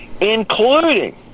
including